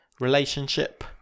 relationship